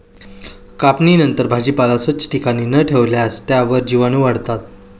कापणीनंतर भाजीपाला स्वच्छ ठिकाणी न ठेवल्यास त्यावर जीवाणूवाढतात